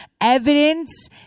evidence